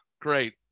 Great